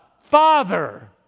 Father